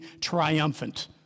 triumphant